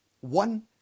One